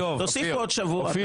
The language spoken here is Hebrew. תוסיפו עוד שבוע.